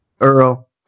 Earl